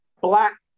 black